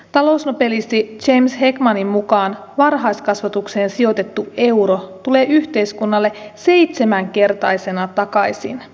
talousnobelisti james heckmanin mukaan varhaiskasvatukseen sijoitettu euro tulee yhteiskunnalle seitsemänkertaisena takaisin